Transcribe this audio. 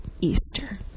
Easter